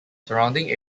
surrounding